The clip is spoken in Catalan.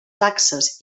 taxes